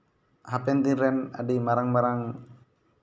ᱦᱟᱯᱮᱱ ᱫᱤᱱ ᱨᱮᱱ ᱟᱹᱰᱤ ᱢᱟᱨᱟᱝ ᱢᱟᱨᱟᱝ